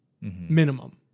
minimum